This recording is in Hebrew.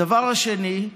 הדבר השני,